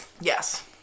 Yes